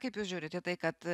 kaip jūs žiūrit į tai kad